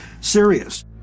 serious